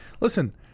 Listen